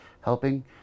helping